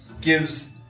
gives